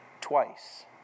twice